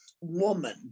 woman